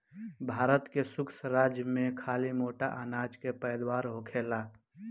भारत के शुष्क राज में खाली मोट अनाज के पैदावार होखेला